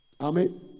Amen